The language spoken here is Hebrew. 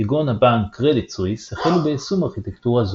כגון הבנק Credit Swiss החלו ביישום ארכיטקטורה זו.